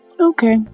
Okay